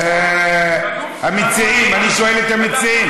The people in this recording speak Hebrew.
אני שואל את המציעים.